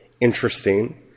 interesting